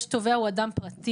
יש תובע, הוא אדם פרטי,